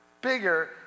Bigger